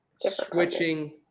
switching